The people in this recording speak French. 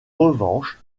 revanche